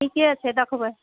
ठीके छै देखबै